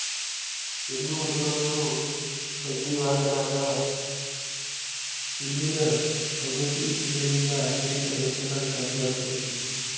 ಎಲಿ ಉದುರುದು ಬಡ್ಡಿಬಾಗದಾಗ ಸುಲಿದ ತೊಗಟಿ ಇದರಿಂದ ಕೇಟ ಲಕ್ಷಣ ಕಂಡಬರ್ತೈತಿ